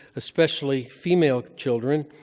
especially female children,